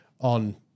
on